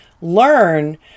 learn